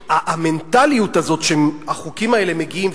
המנטליות הזאת שהחוקים האלה מגיעים,